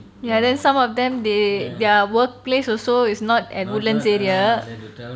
ya then some of them they their workplace also is not at woodlands area